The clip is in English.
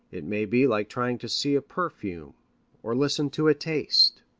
it may be like trying to see a perfume or listen to a taste.